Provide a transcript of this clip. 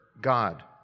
God